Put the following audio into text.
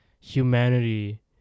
humanity